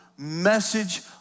message